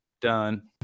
done